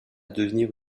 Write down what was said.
devenir